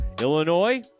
Illinois